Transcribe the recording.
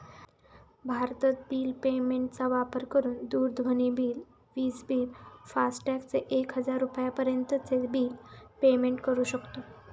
भारतत bill payment चा वापर करून दूरध्वनी बिल, विज बिल, फास्टॅग चे एक हजार रुपयापर्यंत चे बिल पेमेंट करू शकतो